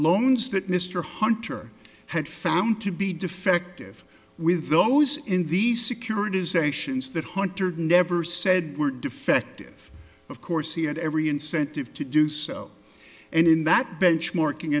loans that mr hunter had found to be defective with those in these securitizations that hunter never said were defective of course he had every incentive to do so and in that benchmarking